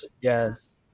yes